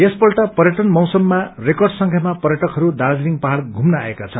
यसपल्ट पर्यटन मौसममा रिकर्ड संख्यामा पर्यटकहरू दार्जीलिङ पहाड़ घुम्न आएका छन्